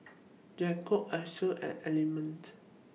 Jacob's Asos and Element